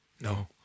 no